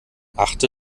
achte